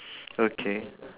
okay